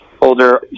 older